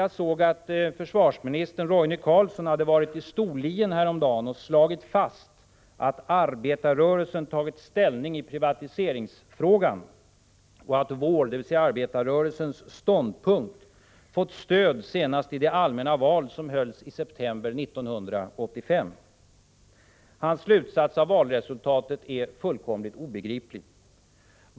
Jag såg att försvarsminister Roine Carlsson hade varit i Storlien häromdagen och slagit fast att ”arbetarrörelsen tagit ställning i privatiseringsfrågan och att vår ståndpunkt fått stöd senast i det allmänna val som hölls i september 1985”. Hans slutsats av valresultatet är fullkomligt obegriplig.